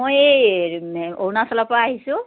মই এই অৰুণাচলৰ পৰা আহিছোঁ